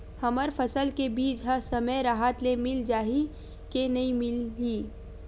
हमर फसल के बीज ह समय राहत ले मिल जाही के नी मिलही?